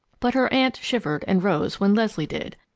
but her aunt shivered and rose when leslie did.